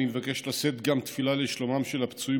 אני מבקש לשאת גם תפילה לשלומם של הפצועים